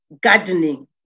gardening